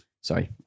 sorry